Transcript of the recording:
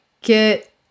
get